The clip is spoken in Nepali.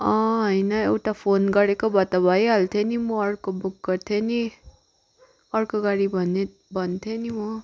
होइन एउटा फोन गरेको भए त भइहाल्थ्यो नि म अर्को बुक गर्थेँ नि अर्को गाडी भने भन्थेँ नि